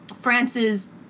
France's